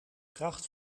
kracht